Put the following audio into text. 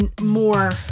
more